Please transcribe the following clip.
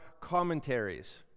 commentaries